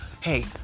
hey